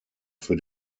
für